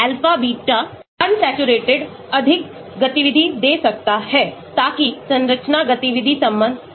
alpha beta unsaturated अधिक गतिविधि दे सकता है ताकि संरचना गतिविधि संबंध हो